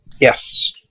Yes